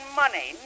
money